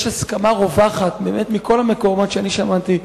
יש הסכמה רווחת, באמת מכל המקומות שאני שמעתי,